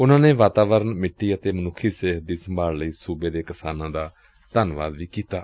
ਉਨਾ ਨੇ ਵਾਤਾਵਰਣ ਸਿੱਟੀ ਅਤੇ ਮਨੁੱਖੀ ਸਿਹਤ ਦੀ ਸੰਭਾਲ ਲਈ ਸੁਬੇ ਦੇ ਕਿਸਾਨਾ ਦਾ ਧੰਨਵਾਦ ਵੀ ਕੀਤੈ